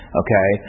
okay